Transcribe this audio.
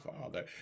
Father